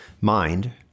mind